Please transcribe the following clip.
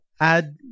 Add